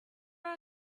are